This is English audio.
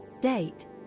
Date